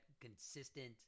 consistent